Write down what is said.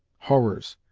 horrors!